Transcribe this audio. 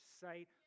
sight